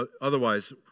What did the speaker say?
otherwise